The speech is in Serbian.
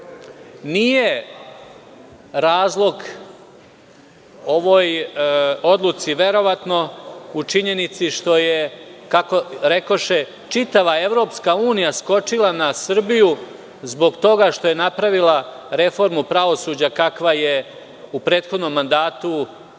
razlog ovoj odluci verovatno, u činjenici što je, kako rekoše, čitava EU skočila na Srbiju zbog toga što je napravila reformu pravosuđa kakva je u prethodnom mandatu